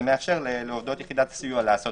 זה מאפשר לעובדות יחידת הסיוע לעשות